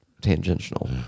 tangential